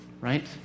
Right